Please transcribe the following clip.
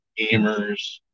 gamers